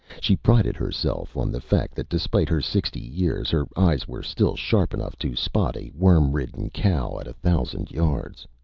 she prided herself on the fact that despite her sixty years, her eyes were still sharp enough to spot a worm-ridden cow at a thousand yards.